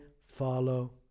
follow